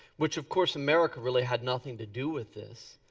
which of course america really had nothing to do with this.